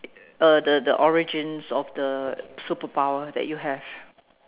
uh the the origins of the superpower that you have